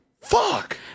fuck